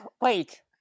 Wait